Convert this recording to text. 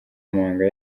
amabanga